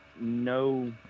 no